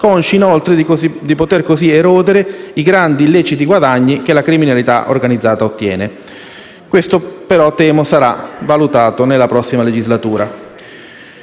consci inoltre di poter così erodere i grandi illeciti guadagni che la criminalità organizzata ottiene. Questo però, temo, sarà valutato nella prossima legislatura.